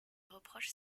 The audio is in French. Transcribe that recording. reproche